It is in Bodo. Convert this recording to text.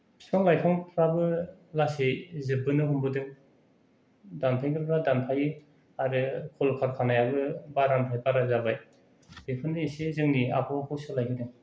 बिफां लाइफांफ्राबो लासै जोबबोनो हमबोदों दानफायग्राफ्रा दानफायो आरो कल कारकानायाबो बारानिफ्राइ बारा जाबाय बेखौनो एसे जोंनि आबहावाखौ सोलाय होनो